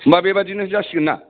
होनबा बेबायदिनो जासिगोनना